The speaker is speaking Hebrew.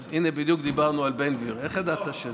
הינה, בדיוק דיברנו על בן גביר, איך ידעת?